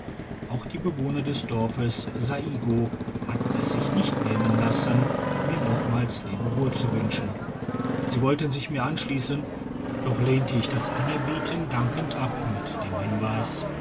auch die bewohner des dorfes saigo hatten es sich nicht nehmen lassen mir nochmals lebewohl zu wünschen sie wollten sich mir anschliessen doch lehnte ich das anerbieten dankend ab mit dem hinweis